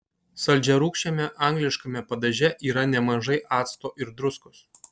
saldžiarūgščiame angliškame padaže yra nemažai acto ir druskos